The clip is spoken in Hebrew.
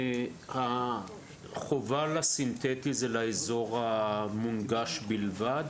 החובה לסינתטי היא באזור המונגש בלבד.